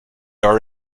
are